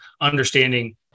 understanding